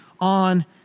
on